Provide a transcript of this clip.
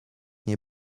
nie